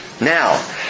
Now